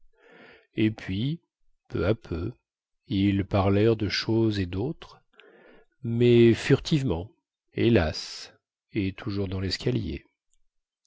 et puis peu à peu ils parlèrent de choses et dautres mais furtivement hélas et toujours dans lescalier